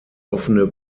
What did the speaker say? offene